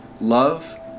love